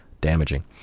damaging